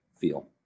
feel